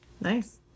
nice